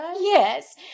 Yes